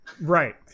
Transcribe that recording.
Right